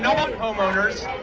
one vendor